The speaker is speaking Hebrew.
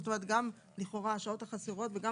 זאת אומרת גם לכאורה השעות החסרות וגם